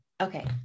Okay